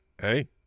Hey